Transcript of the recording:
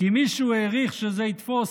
"כי מישהו העריך שזה יתפוס.